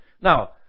Now